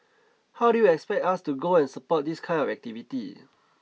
how do you expect us to go and support this kind of activity